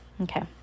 Okay